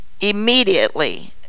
immediately